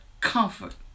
comfort